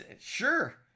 sure